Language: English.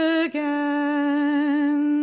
again